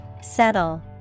Settle